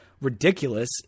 ridiculous